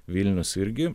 vilnius irgi